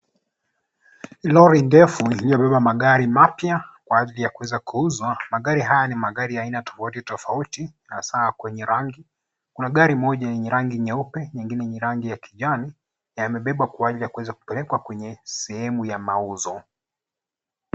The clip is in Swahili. Lori ndefu lililobeba magari mpya kwa ajili ya kuweza kuuzwa. Magari haya ni magari ya aina tofauti tofauti hasa kwenye rangi. Kuna gari moja lenye rangi nyeupe, ingine rangi ya kijani na yemebebwa kwa ajili ya kuweza kupelekwa kwenye sehemu ya mauzo.